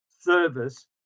service